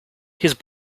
his